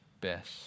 best